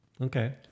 Okay